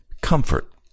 Comfort